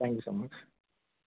thank you so much